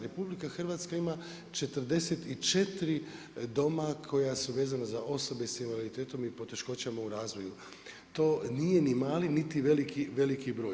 RH ima 44 doma koja su vezana za osobe s invaliditetom i poteškoćama u razvoju, to nije niti mali niti veliki broj.